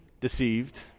deceived